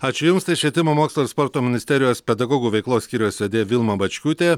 ačiū jums tai švietimo mokslo ir sporto ministerijos pedagogų veiklos skyriaus vedėja vilma bačkutė